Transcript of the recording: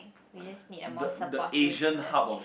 we just need a more supportive industry